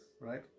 Right